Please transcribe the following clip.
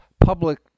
public